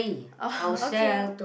oh okay